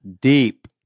deep